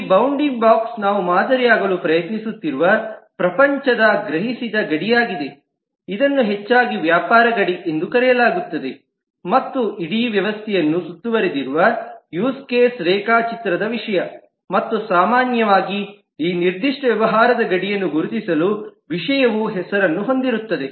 ಈ bounding box ನಾವು ಮಾದರಿಯಾಗಲು ಪ್ರಯತ್ನಿಸುತ್ತಿರುವ ಪ್ರಪಂಚದ ಗ್ರಹಿಸಿದ ಗಡಿಯಾಗಿದೆ ಇದನ್ನು ಹೆಚ್ಚಾಗಿ ವ್ಯಾಪಾರ ಗಡಿ ಎಂದು ಕರೆಯಲಾಗುತ್ತದೆ ಮತ್ತು ಅಥವಾ ಇಡೀ ವ್ಯವಸ್ಥೆಯನ್ನು ಸುತ್ತುವರೆದಿರುವ ಯೂಸ್ ಕೇಸ್ ರೇಖಾಚಿತ್ರದ ವಿಷಯ ಮತ್ತು ಸಾಮಾನ್ಯವಾಗಿ ಈ ನಿರ್ದಿಷ್ಟ ವ್ಯವಹಾರದ ಗಡಿಯನ್ನು ಗುರುತಿಸಲು ವಿಷಯವು ಹೆಸರನ್ನು ಹೊಂದಿರುತ್ತದೆ